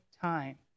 time